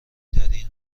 ترین